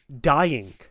dying